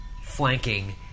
flanking